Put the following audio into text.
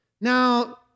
Now